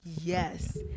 Yes